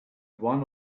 one